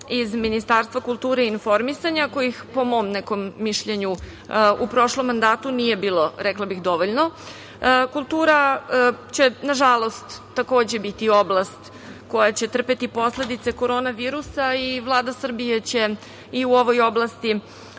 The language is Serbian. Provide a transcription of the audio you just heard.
iz Ministarstva kulture i informisanja, kojih po mom nekom mišljenju u prošlom mandatu nije bilo, rekla bih, dovoljno. Kultura će, nažalost, takođe biti oblast koja će trpeti posledice korona virusa i Vlada Srbije će i u ovoj oblasti